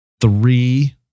three